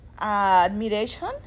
admiration